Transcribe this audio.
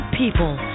people